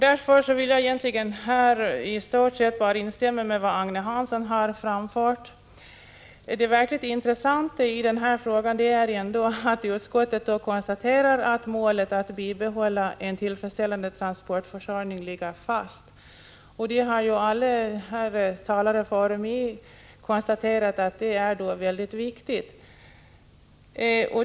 Därför vill jag egentligen i stort sett bara instämma i det Agne Hansson har framfört. Det verkligt intressanta i den här frågan är att utskottet konstaterar att målet att bibehålla en tillfredsställande transportförsörjning ligger fast. Det har alla talare före mig konstaterat är mycket viktigt.